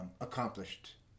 Accomplished